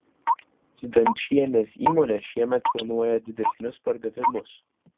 zdančienės įmonė šiemet planuoja didesnius pardavimus